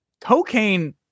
Cocaine